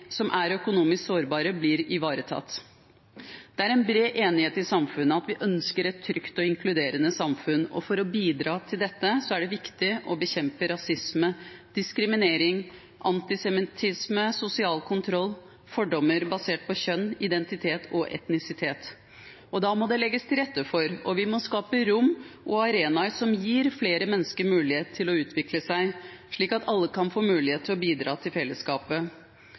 som er økonomisk sårbare, blir ivaretatt. Det er en bred enighet i samfunnet om at vi ønsker et trygt og inkluderende samfunn, og for å bidra til dette er det viktig å bekjempe rasisme, diskriminering, antisemittisme, sosial kontroll og fordommer basert på kjønn, identitet og etnisitet. Da må det legges til rette for, og vi må skape rom og arenaer som gir flere mennesker mulighet til å utvikle seg, slik at alle kan få mulighet til å bidra til fellesskapet.